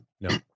No